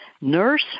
nurse